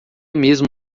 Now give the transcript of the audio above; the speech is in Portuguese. mesmo